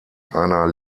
einer